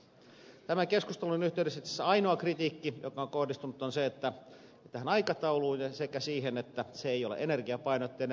tämän keskustelun yhteydessä itse asiassa ainoa kritiikki on kohdistunut tähän aikatauluun sekä siihen että korjausavustus ei ole energiapainotteinen